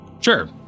Sure